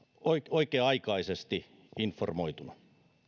oikea aikaisesti informoituna